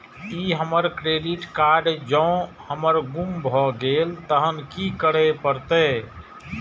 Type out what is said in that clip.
ई हमर credit card जौं हमर गुम भ गेल तहन की करे परतै?